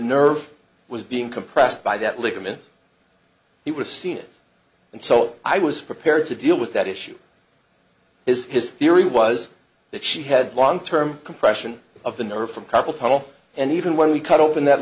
nerve was being compressed by that ligament he was seen it and so i was prepared to deal with that issue is his theory was that she had longterm compression of the nerve from couple paul and even when we cut open that